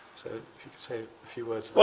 if you could say a few words.